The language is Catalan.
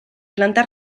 planta